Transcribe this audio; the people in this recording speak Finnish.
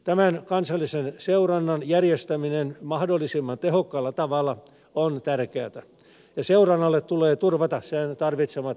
tämän kansallisen seurannan järjestäminen mahdollisimman tehokkaalla tavalla on tärkeätä ja seurannalle tulee turvata sen tarvitsemat voimavarat